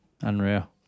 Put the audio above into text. Unreal